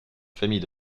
familles